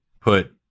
put